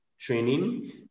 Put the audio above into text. training